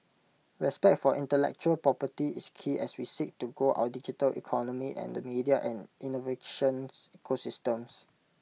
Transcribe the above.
respect for intellectual property is key as we seek to grow our digital economy and the media and innovations ecosystems